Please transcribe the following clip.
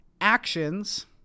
actions